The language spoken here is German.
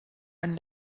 einen